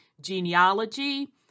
genealogy